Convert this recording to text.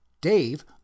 Dave